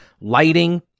lighting